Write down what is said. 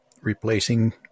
replacing